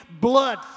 blood